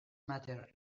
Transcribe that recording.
matter